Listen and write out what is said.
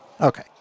Okay